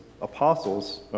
Apostles